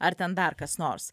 ar ten dar kas nors